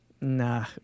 nah